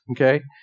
Okay